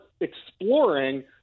exploring